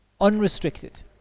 unrestricted